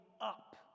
up